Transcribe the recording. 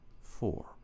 four